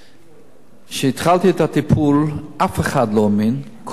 כשהתחלתי את הטיפול אף אחד לא האמין, כולל